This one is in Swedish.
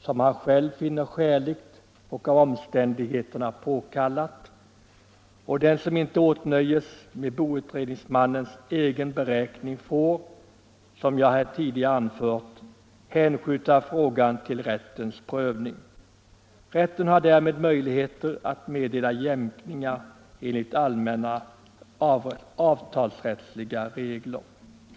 som han själv finner skäligt och av omständigheterna påkallat, och den som inte åtnöjes med boutredningsmannens egen beräkning får, som jag tidigare anfört, hänskjuta frågan till rättens prövning. Rätten har därmed möjligheter att meddela jämkningar enligt allmänna avtalsrättsliga regler.